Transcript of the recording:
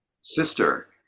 sister